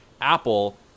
Apple